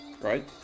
Right